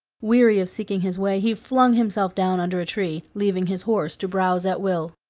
weary of seeking his way, he flung himself down under a tree, leaving his horse to browse at will,